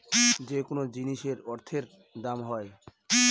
যেকোনো জিনিসের অর্থের দাম হয়